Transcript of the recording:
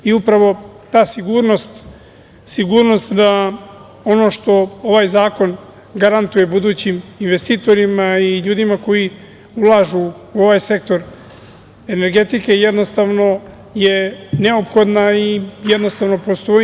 I upravo ta sigurnost, sigurnost da ono što ovaj zakon garantuje budućim investitorima i ljudima koji ulažu u ovaj sektor energetike, jednostavno je neophodna i jednostavno postoji.